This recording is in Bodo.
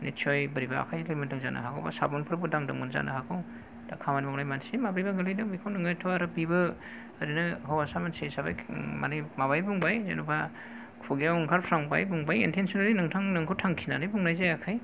निसय बोरैबा आखाय लिमोनदों जानो हागौ बा साबुनफोरखौ दादोंमोन जानो हागौ दा खमानि मावनाय मानसि माब्रैबा गोलैदों बेखौ नोङो एसे आरो बेबो हौवासा मानसि हिसाबै मानि माबायै बुंबाय जेनबा खुगायाव ओंखारफ्रांबाय बुंबाय इनथसलि नोंथां नोंखौ थांखिनानै बुंनाय जायाखै